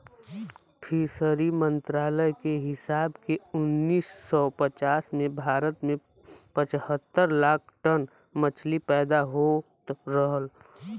fishery मंत्रालय के हिसाब से उन्नीस सौ पचास में भारत में पचहत्तर लाख टन मछली पैदा होत रहल